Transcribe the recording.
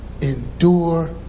Endure